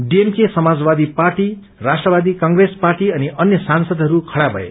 DMK Samajwadi party Rashtrawadi Congress party अनि अन्य सांसदहरू खड़ा भए